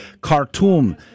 Khartoum